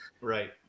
Right